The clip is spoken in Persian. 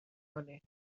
کنید